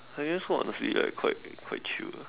I guess honestly right like quite quite chill